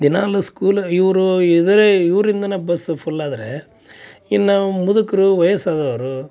ದಿನಾಲು ಸ್ಕೂಲ್ ಇವರು ಇದರೆ ಇವರಿಂದನ ಬಸ್ ಫುಲ್ ಆದರೆ ಇನ್ನಾ ಮುದುಕರು ವಯಸ್ಸಾದವರು